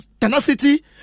tenacity